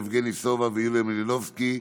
יבגני סובה ויוליה מלינובסקי.